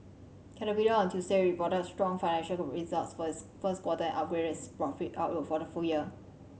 caterpillar on Tuesday reported strong financial results for its first quarter and upgraded its profit outlook for the full year